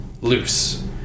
loose